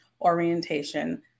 orientation